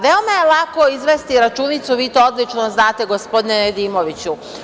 Veoma je lako izvesti računicu, vi to odlično znate gospodine Nedimoviću.